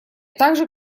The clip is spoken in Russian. также